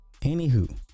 anywho